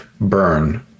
burn